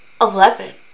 Eleven